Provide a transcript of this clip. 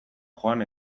joan